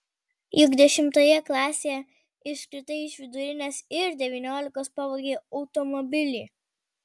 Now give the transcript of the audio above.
juk dešimtoje klasėje iškritai iš vidurinės ir devyniolikos pavogei automobilį